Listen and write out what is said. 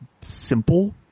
simple